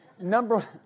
number